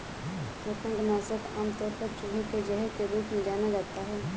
कृंतक नाशक आमतौर पर चूहे के जहर के रूप में जाना जाता है